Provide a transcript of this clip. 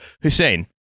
Hussein